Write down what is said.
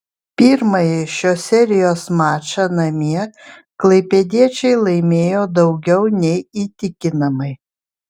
pirmąjį šios serijos mačą namie klaipėdiečiai laimėjo daugiau nei įtikinamai